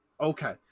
Okay